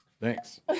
Thanks